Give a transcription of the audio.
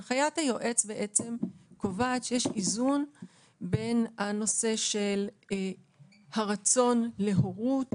הנחיית היועץ קובעת שיש איזון בין הנושא של הרצון להורות